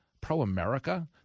pro-America